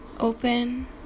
Open